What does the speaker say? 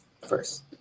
first